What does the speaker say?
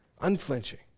unflinching